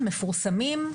מפורסמים,